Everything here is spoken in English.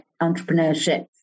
entrepreneurship